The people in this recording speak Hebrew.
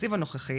בתקציב הנוכחי,